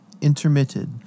intermitted